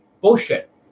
Bullshit